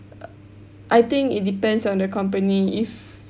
uh I think it depends on the company if